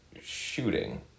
shooting